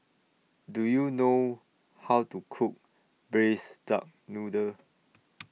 Do YOU know How to Cook Braised Duck Noodle